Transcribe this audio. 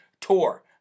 tour